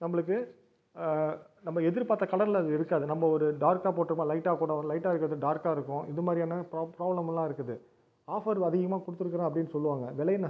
நம்மளுக்கு நம்ம எதிர்பார்த்த கலரில் அது இருக்காது நம்ம ஒரு டார்க்காக போட்டிருப்போம் லைட்டாக கூட லைட்டாக இருக்கிறது டார்க்காக இருக்கும் இது மாதிரியான ப்ராப் ப்ராப்ளம்லாம் இருக்குது ஆஃபர் அதிகமாக கொடுத்துருக்குறான் அப்படின்னு சொல்லுவாங்க விலையை